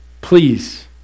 Please